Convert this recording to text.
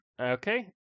Okay